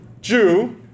Jew